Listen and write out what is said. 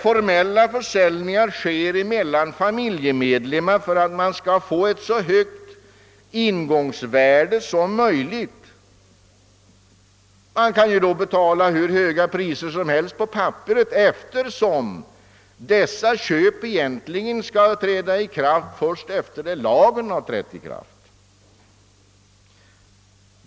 Formella försäljningar görs mellan familjemedlemmar för att man skall få ett så högt ingångsvärde som möjligt. Man kan då betala hur höga priser som helst på papperet, eftersom detta köp skall träda i kraft först efter det lagen har trätt i kraft.